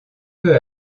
peu